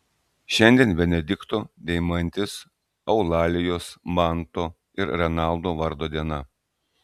šiandien benedikto deimantės eulalijos manto ir renaldo vardo diena